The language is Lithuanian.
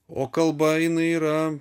o kalba jinai yra